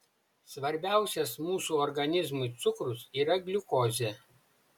svarbiausias mūsų organizmui cukrus yra gliukozė